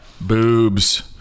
Boobs